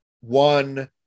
one